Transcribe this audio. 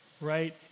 right